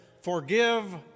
forgive